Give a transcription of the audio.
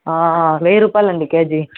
వెయ్యి రూపాయలండి కేజీ